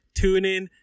TuneIn